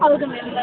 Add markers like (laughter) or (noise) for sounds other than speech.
ಹೌದು ಮ್ಯಾಮ್ (unintelligible)